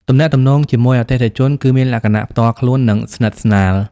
ទំនាក់ទំនងជាមួយអតិថិជនគឺមានលក្ខណៈផ្ទាល់ខ្លួន និងស្និទ្ធស្នាល។